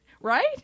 Right